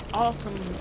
awesome